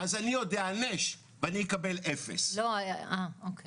ולא פעם זה לא פשוט,